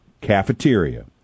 Cafeteria